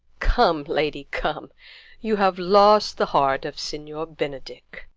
come, lady, come you have lost the heart of signior benedick.